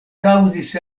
kaŭzis